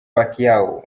pacquiao